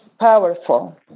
powerful